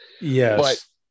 Yes